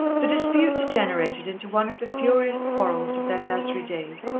the dispute degenerated into one of the furious quarrels of their nursery days,